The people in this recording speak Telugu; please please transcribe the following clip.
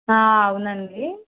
అవునండి